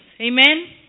Amen